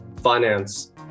finance